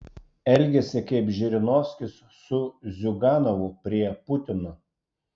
elgiasi kaip žirinovskis su ziuganovu prie putino